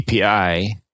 API